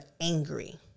angry